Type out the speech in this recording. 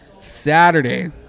Saturday